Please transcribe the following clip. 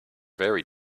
very